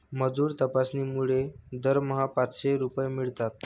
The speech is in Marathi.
मजूर तपासणीमुळे दरमहा पाचशे रुपये मिळतात